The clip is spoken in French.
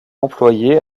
employé